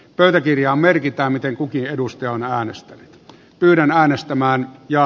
pöytäkirjaan merkitään miten kukin edustaja on äänestänyt yhden äänestämään ja